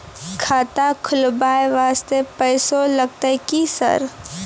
खाता खोलबाय वास्ते पैसो लगते की सर?